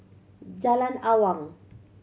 Jalan Awang